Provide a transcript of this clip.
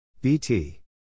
Bt